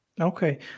Okay